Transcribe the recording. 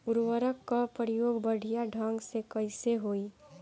उर्वरक क प्रयोग बढ़िया ढंग से कईसे होई?